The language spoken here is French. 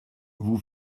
vous